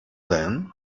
then